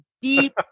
deep